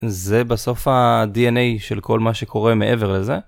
זה בסוף הDNA של כל מה שקורה מעבר לזה.